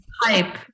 hype